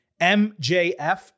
MJF